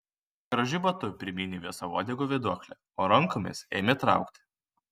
gražiu batu primynė visą uodegų vėduoklę o rankomis ėmė traukti